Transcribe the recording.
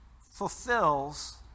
fulfills